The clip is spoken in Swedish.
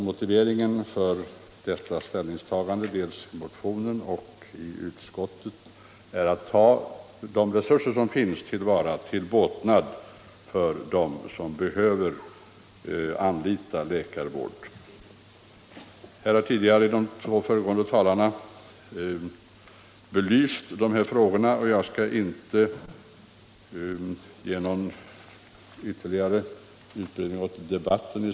Motiveringen för ställningstagandet i motionen och i utskottet är alltså nödvändigheten att ta till vara de resurser som finns, till båtnad för dem som behöver anlita läkarvård. De två tidigare talarna har belyst dessa frågor, och jag skall inte fortsätta den debatten.